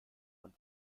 von